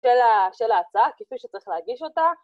‫של ה.. של ההצעה כפי שצריך להגיש אותה.